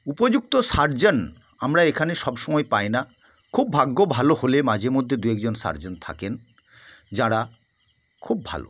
উপযুক্ত সার্জেন আমরা এখানে সব সময় পাই না খুব ভাগ্য ভালো হলে মাঝে মধ্যে দু এক জন সার্জেন থাকেন যারা খুব ভালো